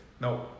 No